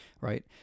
right